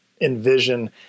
envision